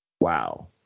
wow